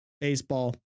baseball